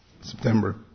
September